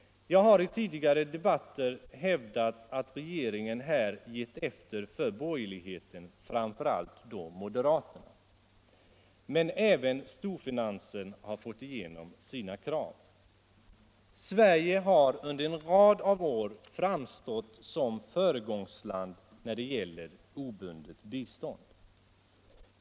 Jag har i tidigare debatter hävdat att regeringen här gett efter för borgerligheten, framför allt då moderaterna. Men även storfinansen har fått igenom sina krav. Sverige har under en rad av år framstått som föregångsland när det gäller obundet bistånd.